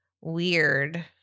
weird